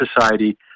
society